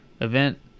event